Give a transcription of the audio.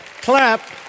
clap